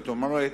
כלומר,